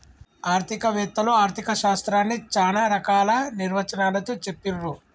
ఆర్థిక వేత్తలు ఆర్ధిక శాస్త్రాన్ని చానా రకాల నిర్వచనాలతో చెప్పిర్రు